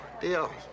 Deal